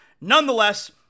Nonetheless